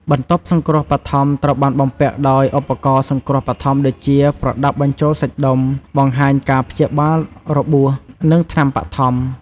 បន្ទប់សង្រ្គោះបឋមត្រូវបានបំពាក់ដោយឧបករណ៍សង្រ្គោះបឋមដូចជា ប្រដាប់បញ្ចូលសាច់ដុំ បង្ហាញការព្យាបាលរបួស និងថ្នាំបឋម។